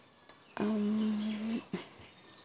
ᱟᱨ